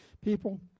people